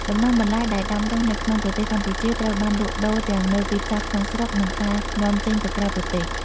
ដំណាំបន្លែ ដែលដាំដុះនៅក្នុងប្រទេសកម្ពុជាត្រូវបានលក់ដូរទាំងនៅទីផ្សារក្នុងស្រុក និងការនាំចេញទៅក្រៅប្រទេស។